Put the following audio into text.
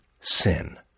sin